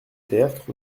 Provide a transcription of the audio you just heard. tertre